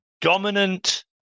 dominant